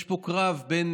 יש פה קרב בין